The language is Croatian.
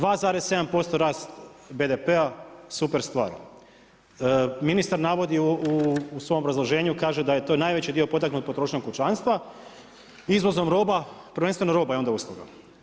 2,7% rast BDP-a super stvar, ministar navodi u svom obrazloženju kaže da je to najveći dio potaknut potrošnjom kućanstva, izvozom roba, prvenstveno roba i onda usluga.